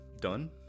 done